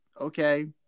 Okay